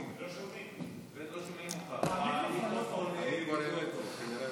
לא שומעים, אני כבר העליתי.